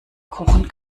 kochen